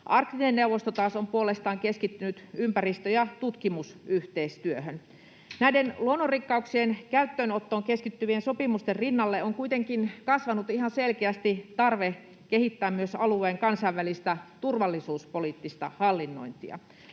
Arktinen neuvosto on puolestaan keskittynyt ympäristö- ja tutkimusyhteistyöhön. Näiden luonnonrikkauksien käyttöönottoon keskittyvien sopimusten rinnalle on kuitenkin kasvanut ihan selkeästi tarve kehittää myös alueen kansainvälistä turvallisuuspoliittista hallinnointia.